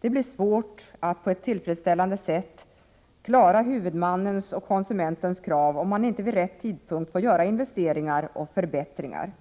Det blir också svårt att på ett tillfredsställande sätt klara huvudmannens och konsumentens krav, om man inte vid rätt tidpunkt får göra investeringar och förbättringar.